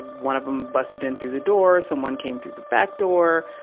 one of them busted in through the door. someone came through the back door.